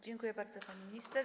Dziękuję bardzo, pani minister.